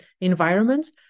environments